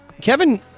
Kevin